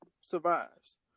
survives